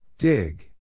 Dig